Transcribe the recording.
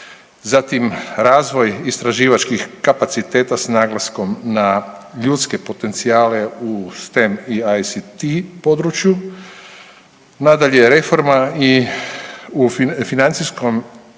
Zatim, razvoj istraživačkih kapaciteta s naglaskom na ljudske potencijale u STEAM I ACT području. Nadalje, reforma i u financijskom,